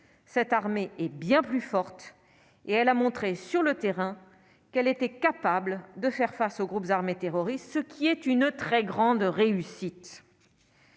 cette armée est bien plus forte, et elle a montré sur le terrain qu'elle était capable de faire face aux groupes armés terroristes, ce qui est une très grande réussite